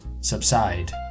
subside